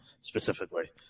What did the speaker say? specifically